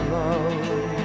love